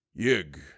Yig